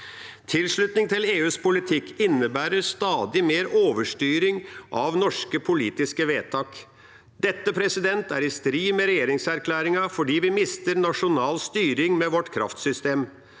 Tilslutning til EUs politikk innebærer stadig mer overstyring av norske politiske vedtak. Dette er i strid med regjeringsplattformen fordi vi mister nasjonal styring med vårt kraftsystem.